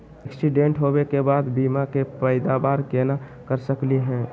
Accident होवे के बाद बीमा के पैदावार केना कर सकली हे?